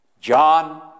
John